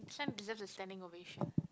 this one deserves a standing ovation